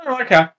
Okay